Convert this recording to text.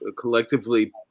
collectively